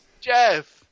Jeff